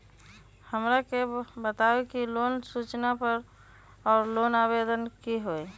हमरा के बताव कि लोन सूचना और लोन आवेदन की होई?